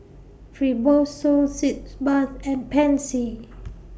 Fibrosol Sitz Bath and Pansy